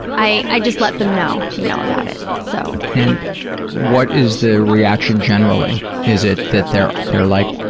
i i just let them know, you know, about it, so. and what is the reaction generally? is it that they're they're like,